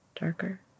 darker